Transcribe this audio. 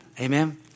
Amen